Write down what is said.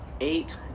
eight